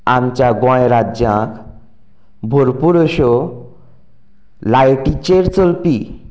आमच्या गोंय राज्याक भरपूर अशो लायटीचेर चलपी